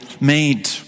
made